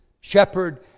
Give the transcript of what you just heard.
shepherd